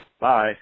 Bye